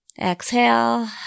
Exhale